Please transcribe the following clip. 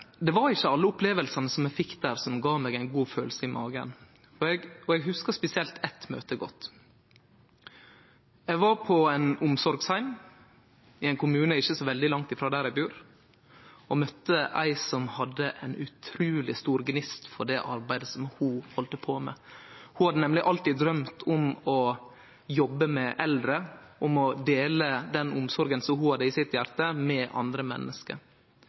det var ikkje alle opplevingane eg fekk der, som gav meg ein god følelse i magen. Eg hugsar spesielt eitt møte godt. Eg var på ein omsorgsheim i ein kommune ikkje så veldig langt frå der eg bur, og møtte ei som hadde ein utruleg stor gneiste for det arbeidet ho heldt på med. Ho hadde nemleg alltid drømt om å jobbe med eldre, om å dele den omsorga ho hadde i hjartet sitt, med andre menneske.